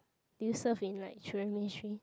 did you serve in like children ministry